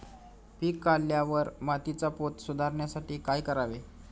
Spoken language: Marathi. पीक काढल्यावर मातीचा पोत सुधारण्यासाठी काय करावे?